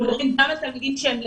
אנחנו מדברים גם על תלמידים שהם בכלל